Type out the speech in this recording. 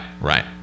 Right